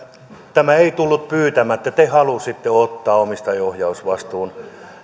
tämä ei tullut pyytämättä te halusitte ottaa omistajaohjausvastuun